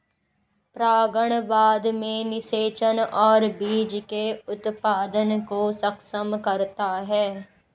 परागण बाद में निषेचन और बीज के उत्पादन को सक्षम करता है